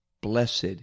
Blessed